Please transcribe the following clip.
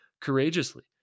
courageously